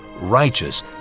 righteous